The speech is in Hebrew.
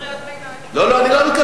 מותר לי לקרוא